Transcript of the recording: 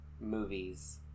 movies